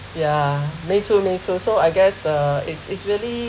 ya me too me too so I guess uh it's it's really